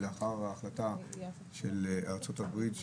לאחר ההחלטה שהתקבלה בארצות הברית,